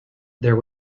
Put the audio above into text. there